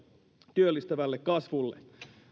työllistävälle kasvulle